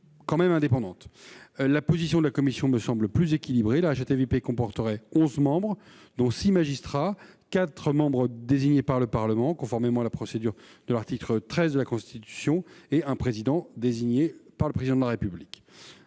La position de la commission me semble plus équilibrée : la HATVP comporterait onze membres, dont six magistrats, quatre membres désignés par le Parlement conformément à la procédure prévue à l'article 13 de la Constitution et un président désigné par le Président de la République.